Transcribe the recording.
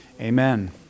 amen